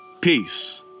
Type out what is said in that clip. Peace